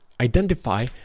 Identify